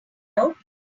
out